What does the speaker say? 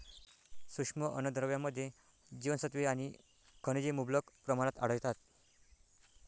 सूक्ष्म अन्नद्रव्यांमध्ये जीवनसत्त्वे आणि खनिजे मुबलक प्रमाणात आढळतात